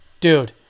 dude